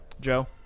Joe